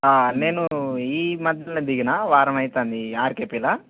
నేను ఈ మధ్యలో దిగినా వారమవుతోంది ఈ ఆర్కేపీలో